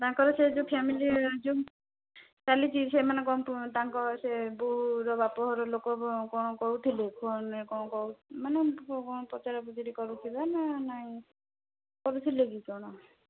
ତାଙ୍କର ସେ ଯୋ ଫ୍ୟାମିଲି ଯୋଉ ଚାଲିଛି ସେମାନଙ୍କ ତାଙ୍କ ସେ ବୋହୂର ବାପା ଘରଲୋକ କ'ଣ କ'ଣ କହୁଥିଲେ ଫୋନରେ କ'ଣ ନାଇ କ'ଣ ମାନେ ପଚରାପଚରି କରୁଥିଲେ ନା ନାଇ କରୁଥିଲେ କି କ'ଣ